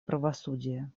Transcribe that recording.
правосудия